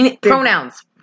Pronouns